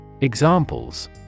Examples